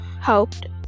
helped